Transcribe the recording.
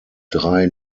drei